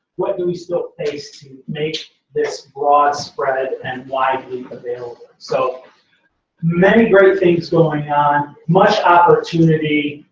what do we still face to make this broad spread and widely available? so many great things going on, much opportunity,